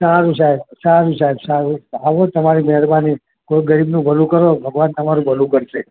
સારું સાહેબ સારું સાહેબ સારું આવો તમારી મહેરબાની કોઈક ગરીબનું ભલું કરો ભગવાન તમારું ભલું કરશે